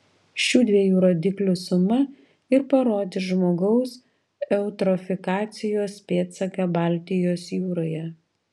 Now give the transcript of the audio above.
šių dviejų rodiklių suma ir parodys žmogaus eutrofikacijos pėdsaką baltijos jūroje